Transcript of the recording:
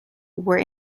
were